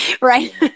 Right